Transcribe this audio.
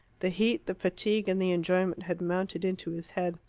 the heat, the fatigue, and the enjoyment had mounted into his head.